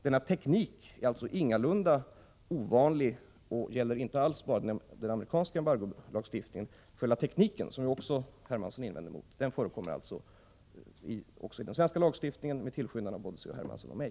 Denna teknik är alltså ingalunda ovanlig och gäller inte alls bara den amerikanska embargolagstiftningen. Själva tekniken, som också C.-H. Hermansson invänder mot, förekommer alltså även i den svenska lagstiftningen med tillskyndan av både C.-H. Hermansson och mig.